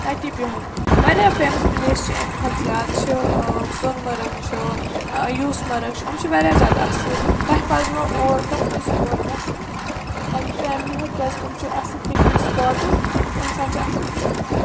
تَتی بِہُن واریاہ فیمَس پٕلیس چھِ اَمہِ کھۄتہٕ زیادٕ چھِ سۄنہٕ مَرٕگ چھُ یوٗسمَرٕگ چھُ یِم چھِ واریاہ زیادٕ اَصٕل تۄہہِ پَزنو او تۄہہِ پَزِ اور گَژھُن پنٛنہِ فیملی ہٮ۪تھۍ کیٛازکہِ یِم چھِ اَصٕل پِکنِک سپاٹٕز تہٕ اِنسان چھِ اَصٕل اِنجاے کَران